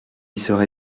serai